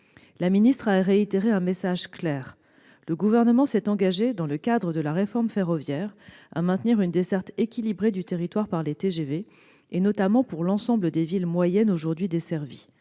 La ministre a réitéré un message clair : le Gouvernement s'est engagé, dans le cadre de la réforme ferroviaire, à maintenir une desserte équilibrée du territoire par les TGV, notamment pour l'ensemble des villes moyennes aujourd'hui desservies.